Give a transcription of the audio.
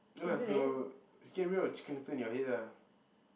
no lah so just get rid of the chicken little in your head lah